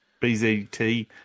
BZT